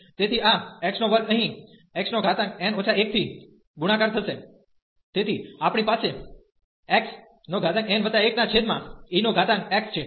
તેથી આ x નો વર્ગ અહીં xn 1 થી ગુણાકાર થશે તેથી આપણી પાસે xn1ex છે